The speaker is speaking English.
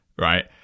right